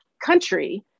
country